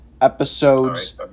Episodes